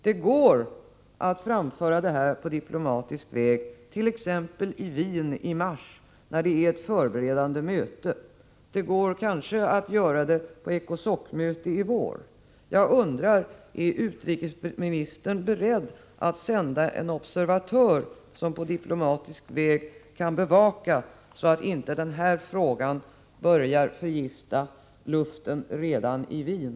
Det går att framföra detta på diplomatisk väg, t.ex. i Wien i mars, när det är ett förberedande möte. Det går kanske också att göra det på ECOSOC mötet i vår. Jag undrar: Är utrikesministern beredd att sända en observatör, som på diplomatisk väg kan bevaka så att inte den här frågan börjar förgifta luften redan i Wien?